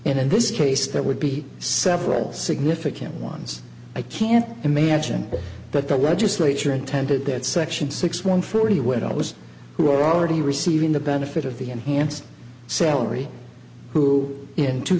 and in this case there would be several significant ones i can't imagine that the legislature intended that section six one fruity would i was who are already receiving the benefit of the enhanced salary who in two